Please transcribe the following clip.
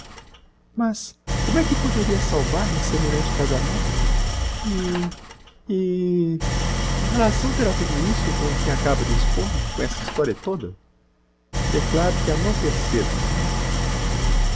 mas como é que poderia salvar-me semelhante casamento e e que relação terá tudo isso com o que acaba de expôr me com essa historia toda declaro que a não percebo mamã